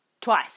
twice